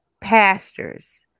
pastors